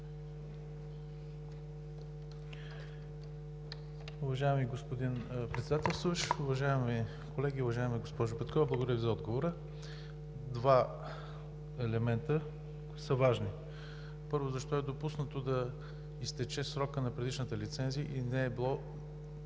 Уважаеми господин Председател, уважаеми колеги! Уважаема госпожо Петкова, благодаря Ви за отговора. Два елемента са важни. Първо, защо е допуснато да изтече срокът на предишната лицензия и едновременно